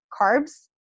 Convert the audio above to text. carbs